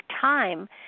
time